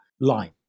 line